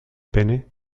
pene